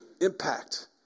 impact